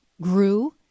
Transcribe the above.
grew